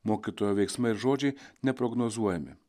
mokytojo veiksmai ir žodžiai neprognozuojami